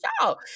y'all